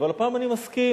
אבל הפעם אני מסכים.